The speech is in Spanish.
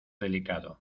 delicado